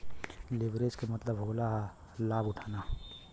leverage के मतलब होला लाभ उठाना